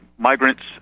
Migrants